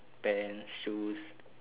pants shoes